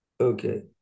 Okay